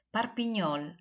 Parpignol